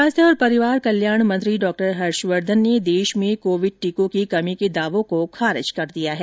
स्वास्थ्य और परिवार कल्याण मंत्री डॉक्टर हर्षवर्धन ने देश में कोविड टीकों की कमी के दावों को खारिज किया है